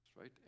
right